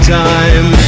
time